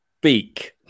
beak